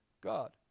God